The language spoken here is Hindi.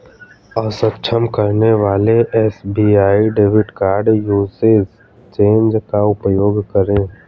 अक्षम करने वाले SBI debit card usage change का उपयोग करें